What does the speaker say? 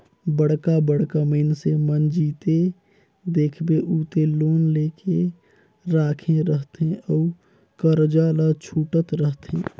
बड़का बड़का मइनसे मन जिते देखबे उते लोन लेके राखे रहथे अउ करजा ल छूटत रहथे